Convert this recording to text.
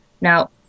Now